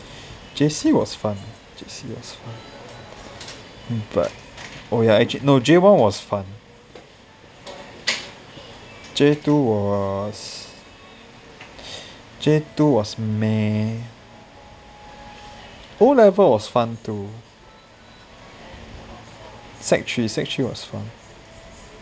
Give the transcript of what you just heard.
J_C was fun J_C was fun but oh ya actually J one was fun J two was J two was meh O level was fun too sec three sec three was fun